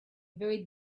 very